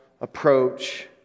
approach